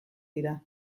dira